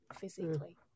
physically